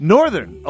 Northern